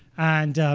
and